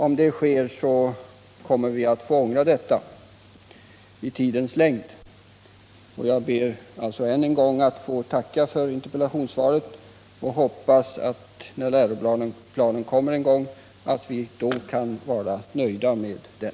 Om så sker kommer vi att få ångra det i tidens längd. Jag ber att än en gång få tacka för interpellationssvaret och hoppas att vi, när läroplanen en gång kommer, skall vara nöjda med den.